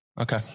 Okay